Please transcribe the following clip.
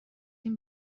این